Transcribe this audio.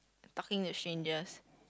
talking to strangers